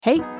Hey